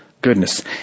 goodness